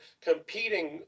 competing